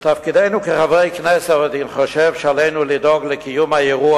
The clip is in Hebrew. בתפקידנו כחברי כנסת אני חושב שעלינו לדאוג לקיום האירוע